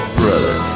brother